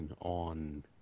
on